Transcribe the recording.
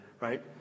right